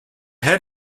head